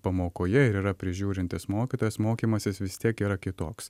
pamokoje yra prižiūrintis mokytojas mokymasis vis tiek yra kitoks